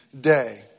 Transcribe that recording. day